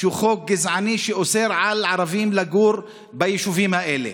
שהוא חוק גזעני שאוסר על ערבים לגור ביישובים האלה.